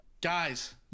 guys